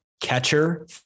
Catcher